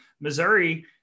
Missouri